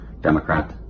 Democrat